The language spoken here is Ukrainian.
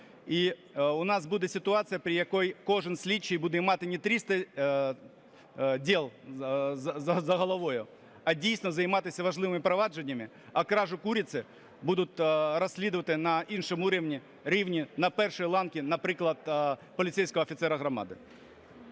І у нас буде ситуація, при якій кожен слідчий буде мати не 300 дел за головой, а дійсно займатися важливими провадженнями, а кражу курицы будуть розслідувати на іншому рівні, на першій ланці, наприклад, поліцейського офіцера громади.